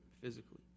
physically